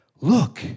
look